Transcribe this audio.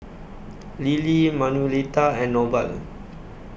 Lilly Manuelita and Norval